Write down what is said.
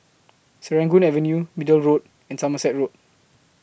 Serangoon Avenue Middle Road and Somerset Road